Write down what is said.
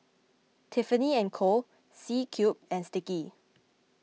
Tiffany and Co C Cube and Sticky